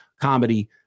comedy